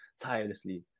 tirelessly